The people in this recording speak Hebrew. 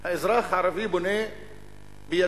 האזרח הערבי בונה בידו,